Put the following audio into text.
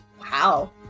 wow